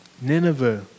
Nineveh